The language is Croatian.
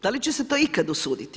Da li će se to ikad usuditi?